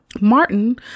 Martin